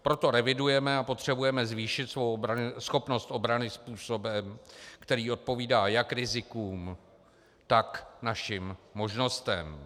Proto revidujeme a potřebujeme zvýšit svou schopnost obrany způsobem, kterým odpovídá jak rizikům, tak našim možnostem.